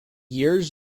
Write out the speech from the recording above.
years